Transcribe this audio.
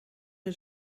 een